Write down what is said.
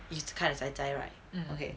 it's kind cai cai right okay